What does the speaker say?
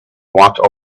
walked